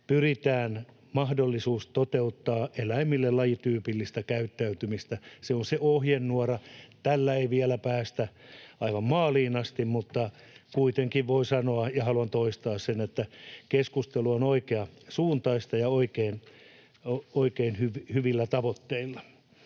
pyritään mahdollisuuteen toteuttaa eläimille lajityypillistä käyttäytymistä, se on se ohjenuora. Tällä ei vielä päästä aivan maaliin asti, mutta kuitenkin voi sanoa, ja haluan toistaa sen, että keskustelu on oikeasuuntaista ja oikein hyvillä tavoitteilla.